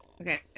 Okay